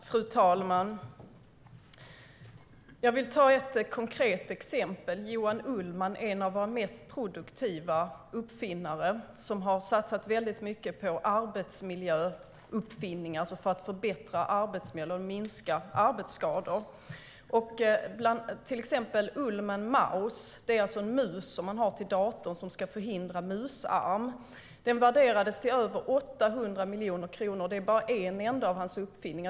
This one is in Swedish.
Fru talman! Jag vill ta ett konkret exempel: Johan Ullman, en av våra mest produktiva uppfinnare, som har satsat mycket på arbetsmiljöuppfinningar för att förbättra arbetsmiljön och minska arbetsskador. Ullman Mouse är en mus som man har till datorn som ska förhindra musarm. Den värderades till över 800 miljoner kronor. Det är bara en av hans uppfinningar.